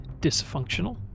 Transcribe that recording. dysfunctional